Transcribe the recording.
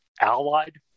allied